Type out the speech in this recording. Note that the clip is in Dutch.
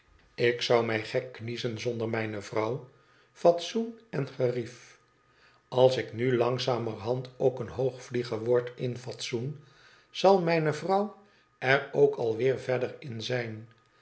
ik zou mij gek kniezen zonder mijne vrouw fatsoen en gerief als ik nu langzamerhand ook een hoogvlieger word in fatsoen zal mijne vrouw er ook alweer verder in zijn